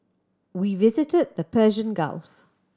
we visited the Persian Gulf